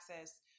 access